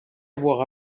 avoir